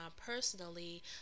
personally